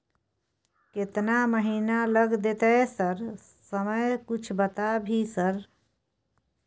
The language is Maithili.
केतना महीना लग देतै सर समय कुछ बता भी सर?